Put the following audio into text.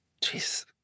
Jeez